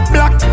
Black